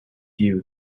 you